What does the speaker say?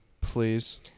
Please